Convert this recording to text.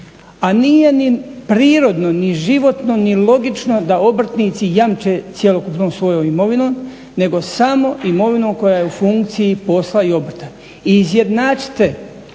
A nije ni prirodno ni životno ni logično da obrtnici jamče cjelokupnom svojom imovinom nego samo imovinom koja je u funkciji posla i obrta.